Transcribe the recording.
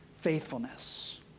faithfulness